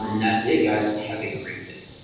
that's a guys! have a great day!